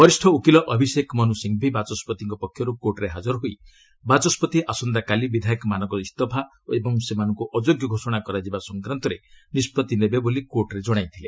ବରିଷ୍ଣ ଓକିଲ ଅଭିଶେକ୍ ମନୁ ସିଂଘଭି ବାଚସ୍କତିଙ୍କ ପକ୍ଷରୁ କୋର୍ଟ୍ରେ ହାଜର ହୋଇ ବାଚସ୍କତି ଆସନ୍ତାକାଲି ବିଧାୟକମାନଙ୍କ ଇସ୍ତଫା ଓ ସେମାନଙ୍କୁ ଅଯୋଗ୍ୟ ଘୋଷଣା କରାଯିବା ସଂକ୍ରାନ୍ତରେ ନିଷ୍କଭି ନେବେ ବୋଲି କୋର୍ଟ୍ରେ ଜଣାଇଥିଲେ